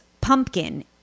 pumpkin